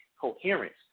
coherence